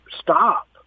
stop